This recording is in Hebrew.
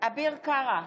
אביר קארה,